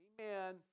Amen